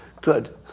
Good